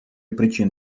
причин